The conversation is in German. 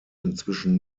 inzwischen